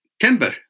timber